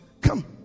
Come